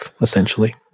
essentially